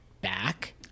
back